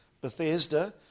Bethesda